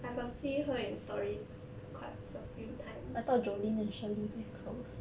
I got see her in stories quite a few times